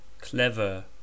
Clever